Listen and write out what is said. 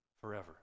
forever